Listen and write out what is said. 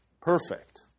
perfect